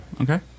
okay